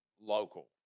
local